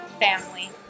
Family